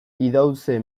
idauze